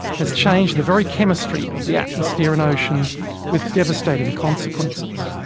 has changed the very chemistry of the atmosphere and oceans with devastating consequences.